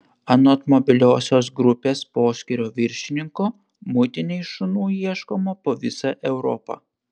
anot mobiliosios grupės poskyrio viršininko muitinei šunų ieškoma po visą europą